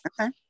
Okay